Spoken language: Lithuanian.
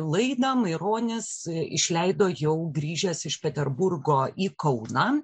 laidą maironis išleido jau grįžęs iš peterburgo į kauną